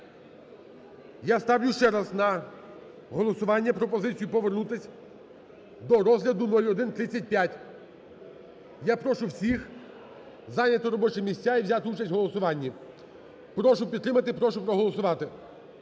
Я ставлю ще раз на голосування пропозицію повернутися до розгляду 0135. Я прошу всіх зайняти робочі місця і взяти участь у голосуванні. Прошу підтримати і прошу проголосувати